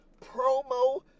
promo